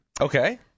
Okay